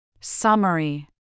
Summary